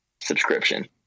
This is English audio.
subscription